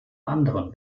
anderen